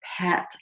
pet